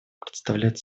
представляет